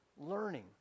learning